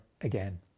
again